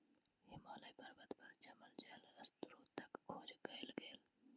हिमालय पर्वत पर जमल जल स्त्रोतक खोज कयल गेल